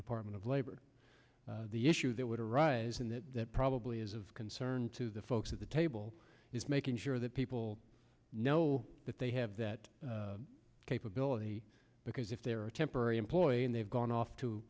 department of labor the issue that would arise in that that probably is of concern to the folks at the table is making sure that people know that they have that capability because if there are a temporary employee and they've gone off to